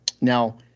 Now